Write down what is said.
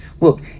look